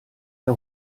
der